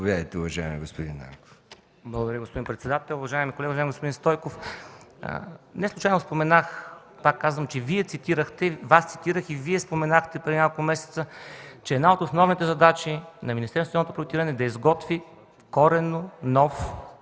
Благодаря, господин председател. Уважаеми колеги, уважаеми господин Стойков! Неслучайно споменах, пак казвам, че Вие цитирахте Вас цитирах и Вие споменахте преди няколко месеца, че една от основните задачи на Министерството на инвестиционното